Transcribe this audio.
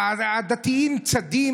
הדתיים צדים,